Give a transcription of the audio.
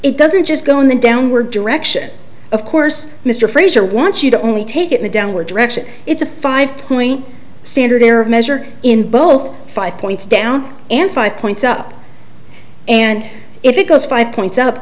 it doesn't just go in the downward direction of course mr fraser wants you to only take in the downward direction it's a five point standard error measure in both five points down and five points up and if it goes five points up